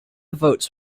votes